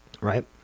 Right